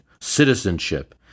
citizenship